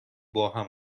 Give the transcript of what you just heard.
باهم